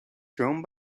thrown